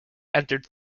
entered